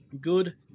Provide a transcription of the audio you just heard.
good